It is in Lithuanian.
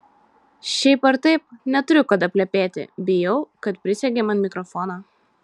šiaip ar taip neturiu kada plepėti bijau kad prisegė man mikrofoną